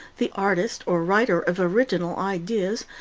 the artist or writer of original ideas,